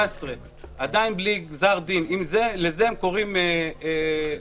עדיין בלי גזר דין לזה הם קוראים בסדר?